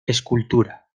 escultura